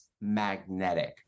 magnetic